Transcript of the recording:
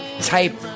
type